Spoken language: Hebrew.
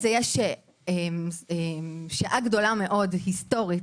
יש שעה גדולה מאוד היסטורית,